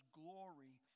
glory